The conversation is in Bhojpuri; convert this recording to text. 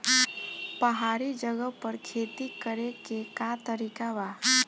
पहाड़ी जगह पर खेती करे के का तरीका बा?